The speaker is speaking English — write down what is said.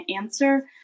answer